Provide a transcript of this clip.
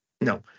No